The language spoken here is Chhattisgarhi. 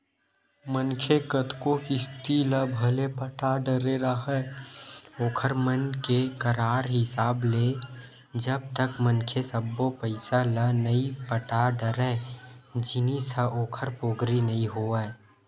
मनखे कतको किस्ती ल भले पटा डरे राहय ओखर मन के करार हिसाब ले जब तक मनखे सब्बो पइसा ल नइ पटा डरय जिनिस ह ओखर पोगरी नइ होवय